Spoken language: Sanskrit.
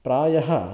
प्रायः